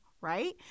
right